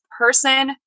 person